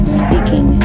speaking